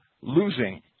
losing